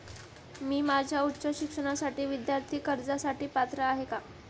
मी माझ्या उच्च शिक्षणासाठी विद्यार्थी कर्जासाठी पात्र आहे का?